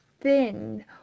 thin